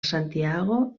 santiago